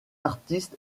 artistes